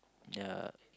ya